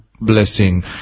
blessing